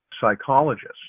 psychologists